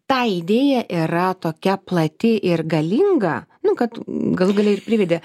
ta idėja yra tokia plati ir galinga nu kad galų gale ir privedė